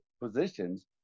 positions